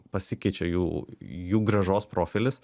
pasikeičia jų jų grąžos profilis